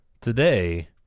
today